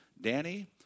Danny